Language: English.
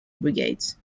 brigades